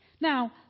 Now